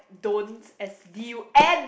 don't as D U N